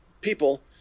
people